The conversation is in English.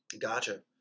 Gotcha